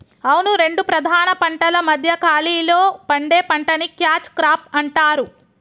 అవును రెండు ప్రధాన పంటల మధ్య ఖాళీలో పండే పంటని క్యాచ్ క్రాప్ అంటారు